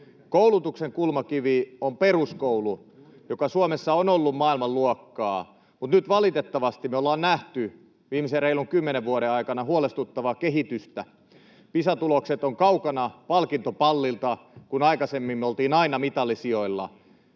al-Taee: Hyvä, juuri näin!] joka Suomessa on ollut maailmanluokkaa, mutta nyt valitettavasti me ollaan nähty viimeisen reilun kymmenen vuoden aikana huolestuttavaa kehitystä: Pisa-tulokset ovat kaukana palkintopallilta, kun aikaisemmin me oltiin aina mitalisijoilla.